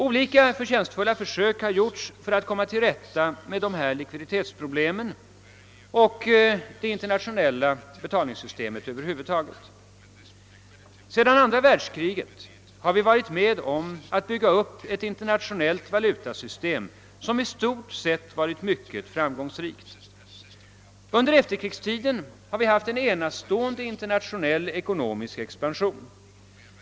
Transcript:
Olika förtjänstfulla försök har gjorts för att komma till rätta med dessa likviditetsproblem och det internationella betalningssystemet över huvud taget. Efter andra världskriget har vi varit med om att bygga upp ett internationellt valutasystem som i stort sett varit mycket framgångsrikt. Under efterkrigstiden har vi haft en enastående internationell ekonomisk expansion.